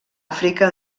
àfrica